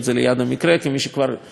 כי מי שכבר רוצה לצאת